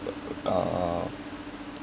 uh